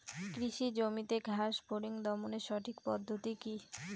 কৃষি জমিতে ঘাস ফরিঙ দমনের সঠিক পদ্ধতি কি?